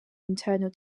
internal